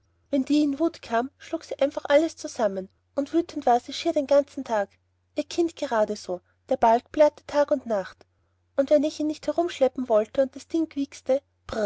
wenn die in wut kam schlug sie einfach alles zusammen und wütend war sie schier den ganzen tag ihr kind gerade so der balg plärrte tag und nacht und wenn ich ihn nicht rumschleppen wollte und das ding quiekste